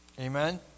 Amen